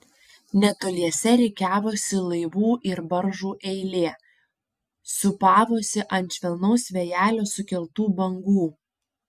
netoliese rikiavosi laivų ir baržų eilė sūpavosi ant švelnaus vėjelio sukeltų bangų